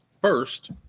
first